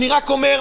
אני רק אומר,